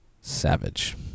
savage